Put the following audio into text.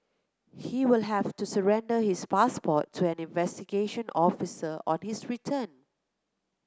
he will have to surrender his passport to an investigation officer on his return